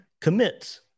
commits